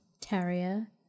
terrier